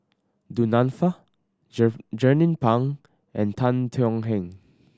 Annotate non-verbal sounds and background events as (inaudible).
Du Nanfa (unintelligible) Jernnine Pang and Tan Thuan Heng